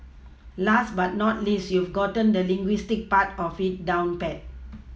last but not least you've gotten the linguistics part of it down pat